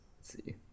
See